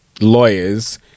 lawyers